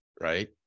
right